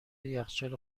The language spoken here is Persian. یخچال